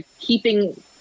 keeping